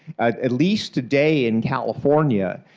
at least today in california,